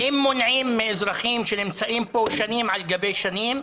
אם מונעים מאזרחים שנמצאים פה שנים על גבי שנים,